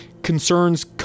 concerns